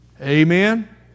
Amen